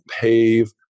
pave